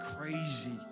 crazy